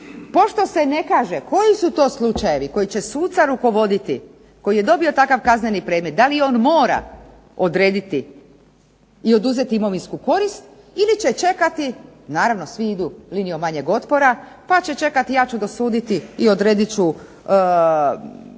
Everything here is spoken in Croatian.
Pošto se ne kaže koji su to slučajevi koji će suca rukovoditi koji je dobio takav kazneni predmet da li on mora odrediti i oduzeti imovinsku korist ili će čekati naravno svi idu linijom manjeg otpora pa će čekati, ja ću dosuditi i odredit ću,